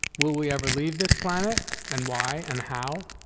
will we ever leave this planet, and why and how?